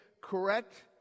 correct